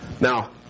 Now